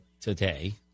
today